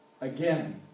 again